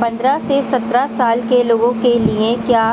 پندرہ سے سترہ سال کے لوگوں کے لیے کیا